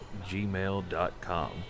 gmail.com